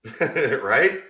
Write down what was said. right